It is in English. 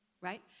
right